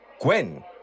Gwen